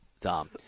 Tom